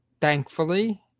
thankfully